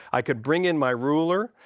i could bring in my ruler.